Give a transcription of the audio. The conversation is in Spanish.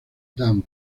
dan